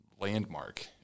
landmark